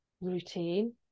routine